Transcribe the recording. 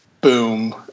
boom